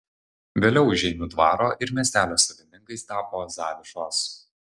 vėliau žeimių dvaro ir miestelio savininkais tapo zavišos